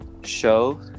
show